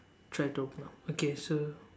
try to open up okay so